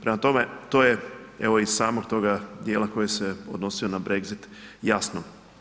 Prema tome to je evo iz samog toga dijela koji se odnosio na Brexit jasno.